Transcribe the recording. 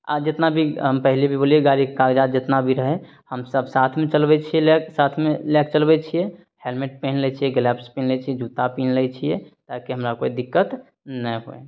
आ जेतना भी पहिले भी बोललियै गाड़ीके कागजात जितना भी रहै हम सब साथमे चलबै छियै लए कऽ साथ मे लए कऽ चलबै छियै हेलमेट पेन्ह लै छियै ग्लेबस पेन्ह लै छियै जुत्ता पेन्ह लै छियै ताकि हमरा कोइ दिक्कत नै होइ